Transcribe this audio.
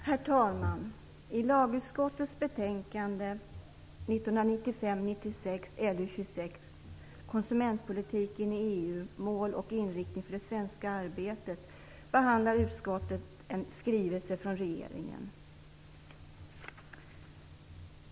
Herr talman! I lagutskottets betänkande 1995/96:LU26, Konsumentpolitiken i EU - mål och inriktning för det svenska arbetet, behandlar utskottet en skrivelse från regeringen.